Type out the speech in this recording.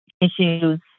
issues